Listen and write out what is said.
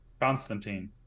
Constantine